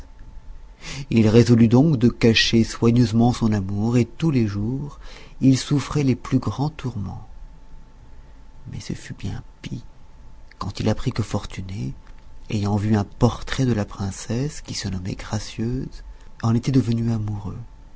il résolut donc de cacher soigneusement son amour et tous les jours il souffrait les plus grands tourments mais ce fut bien pis quand il apprit que fortuné ayant vu un portrait de la princesse qui se nommait gracieuse en était devenu amoureux